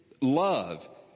love